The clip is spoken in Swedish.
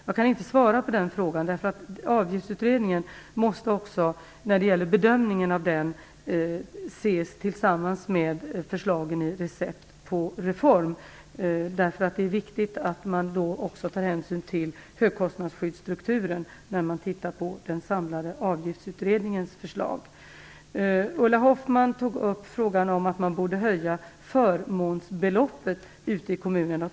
Jag kan inte svara på den frågan, för när man bedömer Avgiftsutredningen måste man också se till förslagen i Reform på recept. Det är viktigt att man tar hänsyn också till högkostnadsskyddsstrukturen när man tittar på den samlade Avgiftsutredningens förslag. Ulla Hoffmann tog upp frågan om att höja förmånsbeloppet ute i kommunerna.